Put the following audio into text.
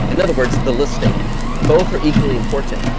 in other words, the listing both are equally important.